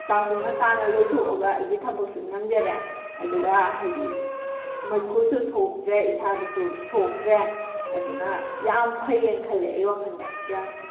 ꯆꯥꯛꯁꯨ ꯉꯟꯇꯥꯅ ꯂꯣꯏꯊꯣꯛꯑꯒ ꯑꯩꯒꯤ ꯊꯕꯛꯁꯨ ꯅꯪꯖꯔꯦ ꯑꯗꯨꯒ ꯍꯥꯏꯗꯤ ꯃꯩꯈꯨꯁꯨ ꯊꯣꯛꯇ꯭ꯔꯦ ꯏꯁꯥꯗꯁꯨ ꯁꯣꯛꯇ꯭ꯔꯦ ꯑꯗꯨꯅ ꯌꯥꯝ ꯐꯩꯑꯅ ꯈꯜꯂꯦ ꯑꯩ ꯋꯥꯈꯜꯗ ꯒ꯭ꯌꯥꯁꯁꯦ